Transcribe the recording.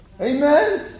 Amen